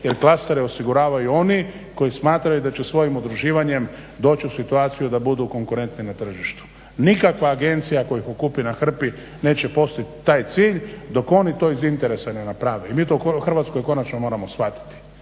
jer klasteri osiguravaju oni koji smatraju da će svojim udruživanjem doći u situaciju da budu konkurentni na tržištu. Nikakva agencija koja ih okupi na hrpi neće postići taj cilj dok oni to iz interesa ne naprave i mi to u Hrvatskoj konačno moramo shvatiti